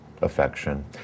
affection